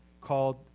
called